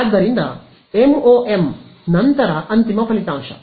ಆದ್ದರಿಂದ MoM ನಂತರ ಅಂತಿಮ ಫಲಿತಾಂಶ